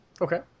Okay